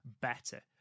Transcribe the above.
better